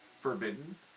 forbidden